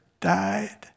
died